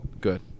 Good